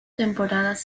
temporadas